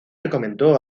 recomendó